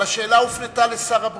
אבל השאלה הופנתה אל שר הבריאות.